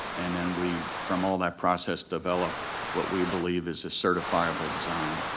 and then we, from all that process develop what we believe is a certifiable design.